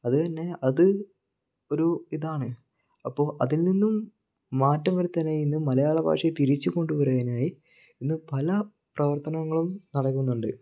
അതുതന്നെ അത് ഒരു ഇതാണ് അപ്പോൾ അതിൽ നിന്നും മാറ്റം വരുത്താനായി ഇന്ന് മലയാളഭാഷയെ തിരിച്ച് കൊണ്ടുവരാനായി ഇന്ന് പല പ്രവർത്തനങ്ങളും നടക്കുന്നുണ്ട്